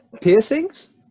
piercings